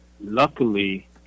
luckily